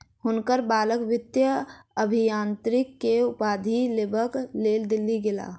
हुनकर बालक वित्तीय अभियांत्रिकी के उपाधि लेबक लेल दिल्ली गेला